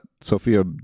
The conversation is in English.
sophia